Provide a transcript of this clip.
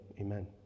amen